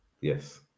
Yes